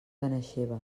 benaixeve